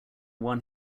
won